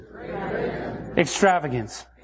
extravagance